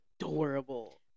adorable